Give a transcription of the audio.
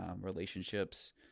relationships